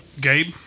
Gabe